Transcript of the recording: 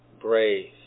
brave